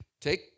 Take